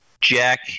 jack